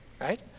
right